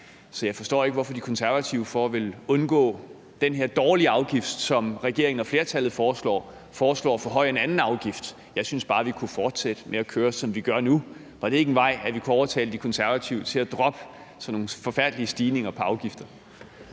Så jeg forstår ikke, hvorfor De Konservative for at undgå den her dårlige afgift, som regeringen og flertallet foreslår, foreslår at forhøje en anden afgift. Jeg synes bare, vi kunne fortsætte med at køre, som vi gør nu. Var det ikke en mulighed, at vi kunne overtale De Konservative til at droppe sådan nogle forfærdelige stigninger på afgifter?